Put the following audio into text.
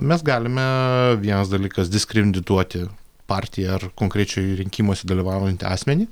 mes galime vienas dalykas diskrendituoti partiją ar konkrečiai rinkimuose dalyvaujantį asmenį